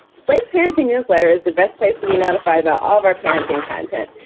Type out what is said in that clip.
slate's parenting newsletter is the best place to be notified about all of our parenting content,